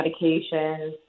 medications